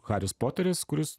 haris poteris kuris